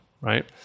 right